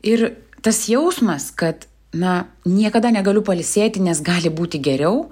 ir tas jausmas kad na niekada negaliu pailsėti nes gali būti geriau